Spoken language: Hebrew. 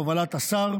בהובלת השר,